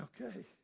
okay